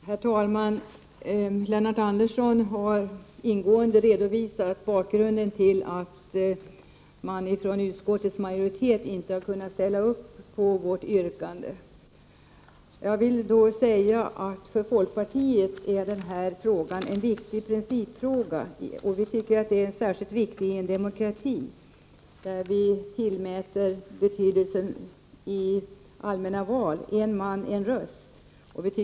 Herr talman! Lennart Andersson har ingående redovisat bakgrunden till att utskottsmajoriteten inte har kunnat ställa sig bakom vårt yrkande. För folkpartiet är det här en principfråga, som är särskilt viktig i en demokrati, där en man en röst i allmänna val tillmäts betydelse.